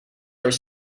are